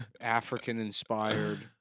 African-inspired